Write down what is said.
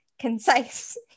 concise